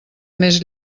més